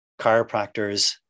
chiropractors